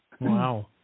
Wow